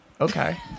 Okay